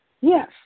Yes